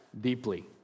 deeply